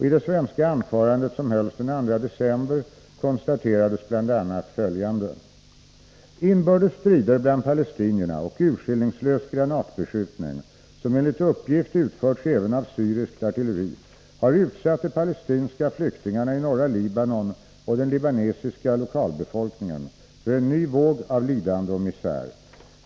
I det svenska anförandet, som hölls den 2 december, konstaterades bl.a. följande: Inbördes strider bland palestinierna och urskillningslös granatbeskjutning, som enligt uppgift utförts även av syriskt artilleri, har utsatt de palestinska flyktingarna i norra Libanon och den libanesiska lokalbefolkningen för en ny våg av lidande och misär.